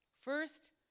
First